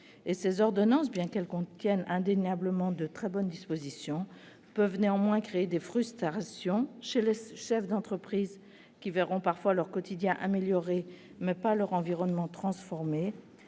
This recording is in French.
ces ordonnances, bien qu'elles contiennent indéniablement de très bonnes dispositions, peuvent néanmoins créer des frustrations, chez les chefs d'entreprise, qui verront parfois leur quotidien amélioré, mais pas leur environnement transformé,